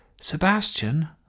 Sebastian